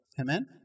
Amen